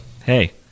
hey